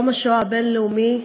יום השואה הבין-לאומי,